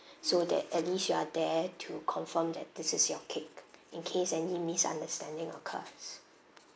so that at least you are there to confirm that this is your cake in case any misunderstanding occurs